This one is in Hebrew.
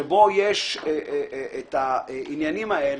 שבו יש העניינים האלה,